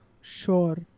sure